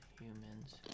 humans